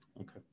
Okay